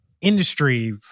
industry